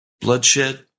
bloodshed